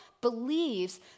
believes